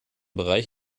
bereich